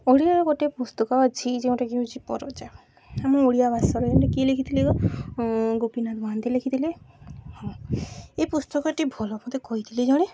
ଓଡ଼ିଆର ଗୋଟେ ପୁସ୍ତକ ଅଛି ଯେଉଁଟା କି ଉଛିି ପରଚା ଆମ ଓଡ଼ିଆ ଭାଷାରେ ଯେଉଟା କିଏ ଲେଖିଥିଲେ ଗୋପୀନାଥ ମହାନ୍ତି ଲେଖିଥିଲେ ହଁ ଏ ପୁସ୍ତକଟି ଭଲ ମୋତେ କହିଥିଲେ ଜଣେ